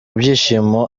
byishimo